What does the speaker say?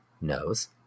knows